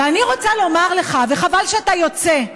ואני רוצה לומר לך, וחבל שאתה יוצא,